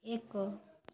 ଏକ